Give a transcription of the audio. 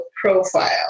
profile